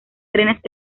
trenes